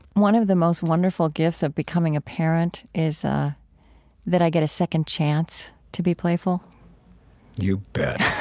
one of the most wonderful gifts of becoming a parent is that i get a second chance to be playful you bet.